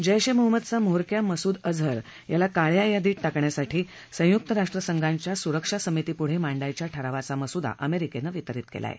जैश ए मोहम्मदचा म्होरक्या मसुद अजहर याला काळया यादीत टाकण्यासाठी संयुक्त राष्ट्रसंघांच्या सुरक्षा समितीपुढं मांडायच्या ठरावाचा मसुदा अमेरिकेनं वितरित केला आहे